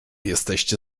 jesteście